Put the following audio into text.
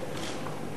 חברי הכנסת,